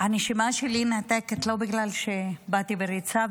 שהנשימה שלי נעתקת לא בגלל שבאתי בריצה,